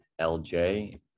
LJ